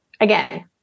Again